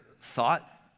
thought